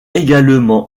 également